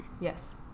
Yes